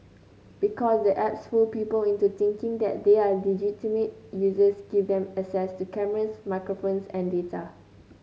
because the apps fool people into thinking they are legitimate users give them access to cameras microphones and data